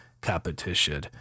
competition